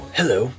hello